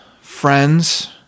friends